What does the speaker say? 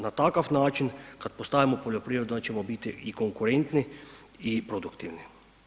Na takav način kad postavimo poljoprivredu onda ćemo biti i konkurentni i produktivni.